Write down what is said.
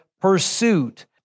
pursuit